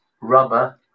rubber